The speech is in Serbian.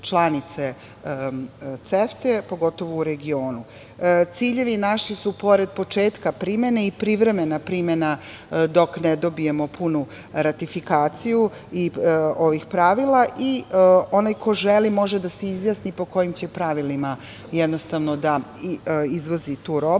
članice CEFTA-e, pogotovo u regionu. Ciljevi naši su, pored početka primene, i privremena primena dok ne dobijemo punu ratifikaciju ovih pravila i onaj ko želi može da se izjasni po kojim će pravilima da izvozi tu robu,